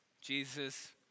Jesus